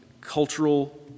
cultural